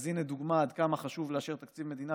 אז הינה דוגמה עד כמה חשוב לאשר תקציב מדינה,